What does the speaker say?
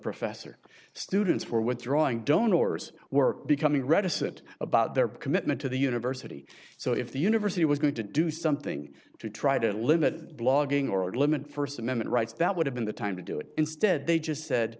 professor students for withdrawing don't ors were becoming reticent about their commitment to the university so if the university was going to do something to try to limit blogging or limit st amendment rights that would have been the time to do it instead they just said